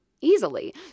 easily